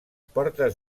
portes